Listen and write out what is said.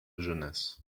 jeunesse